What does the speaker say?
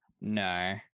No